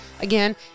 Again